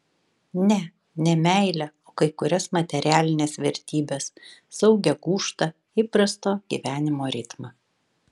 ne ne meilę o kai kurias materialines vertybes saugią gūžtą įprasto gyvenimo ritmą